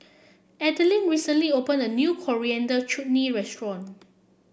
Adilene recently opened a new Coriander Chutney Restaurant